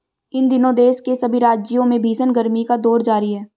इन दिनों देश के सभी राज्यों में भीषण गर्मी का दौर जारी है